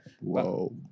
Whoa